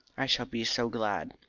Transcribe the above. i shall be so glad.